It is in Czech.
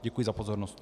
Děkuji za pozornost.